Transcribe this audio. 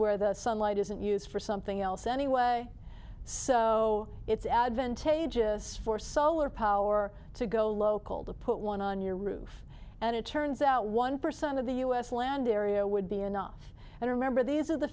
where the sunlight isn't used for something else anyway so it's advantageous for solar power to go local to put one on your roof and it turns out one percent of the u s land area would be enough and remember these are the